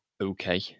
okay